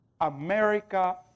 America